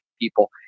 people